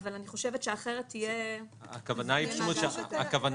אבל אני חושבת שאחרת תיווצר שאלה פרשנית.